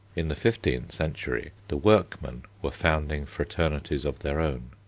in the fifteenth century the workmen were founding fraternities of their own.